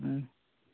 ᱦᱩᱸ